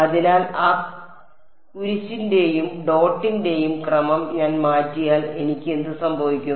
അതിനാൽ ആ കുരിശിന്റെയും ഡോട്ടിന്റെയും ക്രമം ഞാൻ മാറ്റിയാൽ എനിക്ക് എന്ത് സംഭവിക്കും